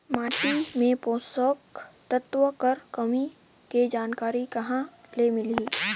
माटी मे पोषक तत्व कर कमी के जानकारी कहां ले मिलही?